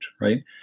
right